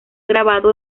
grabado